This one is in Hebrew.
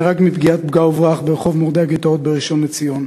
נהרג מפגיעת פגע-וברח ברחוב מורדי-הגטאות בראשון-לציון.